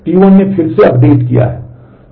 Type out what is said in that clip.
T1 ने फिर से अपडेट किया है